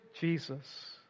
jesus